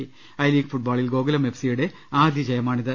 ് I League ഫുട്ബോളിൽ ഗോകുലം എഫ്സിയുടെ ആദ്യവിജയമാണിത്